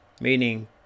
meaning